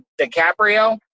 DiCaprio